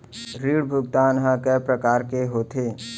ऋण भुगतान ह कय प्रकार के होथे?